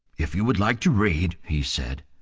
if you would like to read he said.